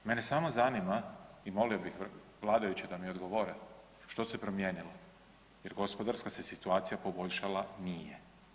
Mene samo zanima i molio bih vladajuće da mi odgovore što se promijenilo jer gospodarska se situacija poboljšala nije.